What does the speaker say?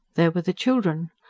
there were the children.